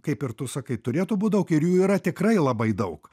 kaip ir tu sakai turėtų būti daug ir jų yra tikrai labai daug